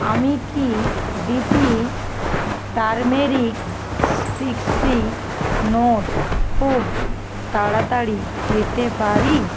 আমি কি DP turmeric sticky note খুব তাড়াতাড়ি পেতে পারি